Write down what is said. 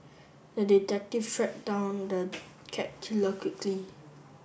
the detective tracked down the cat killer quickly